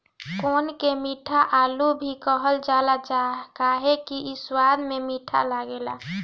कोन के मीठा आलू भी कहल जाला काहे से कि इ स्वाद में मीठ लागेला